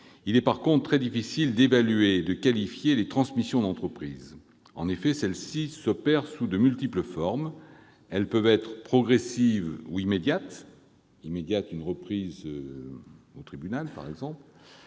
il est très difficile d'évaluer et de qualifier les transmissions d'entreprise. En effet, ces transmissions s'opèrent sous de multiples formes : elles peuvent être progressives ou immédiates- une reprise au tribunal, par exemple